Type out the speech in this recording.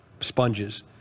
sponges